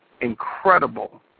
incredible